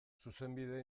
zuzenbide